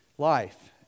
life